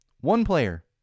One-player